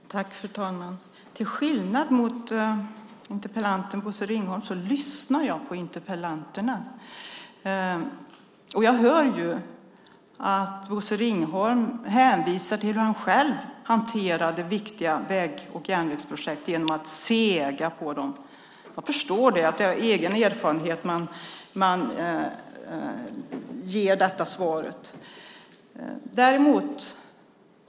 Fru talman! Till skillnad från interpellanten lyssnar jag på interpellanterna. Jag hör ju att Bosse Ringholm hänvisar till hur han själv hanterade viktiga väg och järnvägsprojekt genom att sega på dem. Jag förstår att det är av egen erfarenhet han ger detta svar.